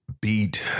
beat